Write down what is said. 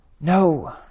No